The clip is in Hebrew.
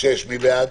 מי בעד